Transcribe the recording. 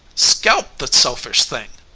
scalp the selfish thing!